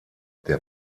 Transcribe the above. der